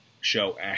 show